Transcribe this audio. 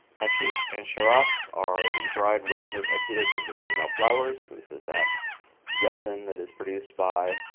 hashish and charas are the derived resinous exulates of the female flowers. and this is that resin that is produced by